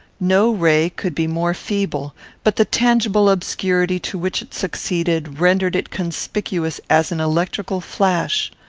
no ray could be more feeble but the tangible obscurity to which it succeeded rendered it conspicuous as an electrical flash.